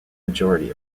majority